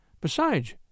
Besides